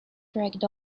dragged